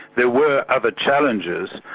there were other challengers,